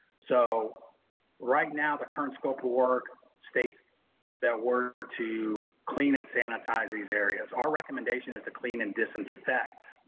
so right now, the current scope of work states that we're to clean and sanitize these areas, our recommendation is to clean and disinfect,